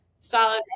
Solid